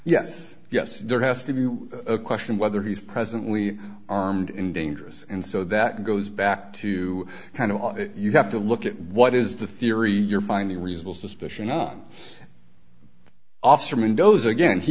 yes yes there has to be a question whether he's presently armed and dangerous and so that goes back to kind of you have to look at what is the theory you're finding reasonable suspicion on off from indows again he